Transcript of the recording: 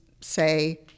say